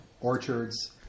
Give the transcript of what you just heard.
orchards